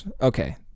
okay